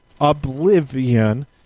oblivion